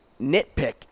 nitpick